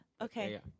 Okay